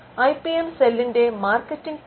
I P M സെല്ലിന്റെ marketing team